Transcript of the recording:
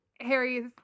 Harry's